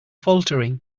faltering